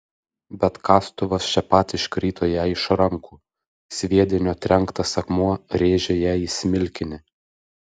bet kastuvas čia pat iškrito jai iš rankų sviedinio trenktas akmuo rėžė jai į smilkinį